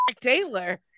Taylor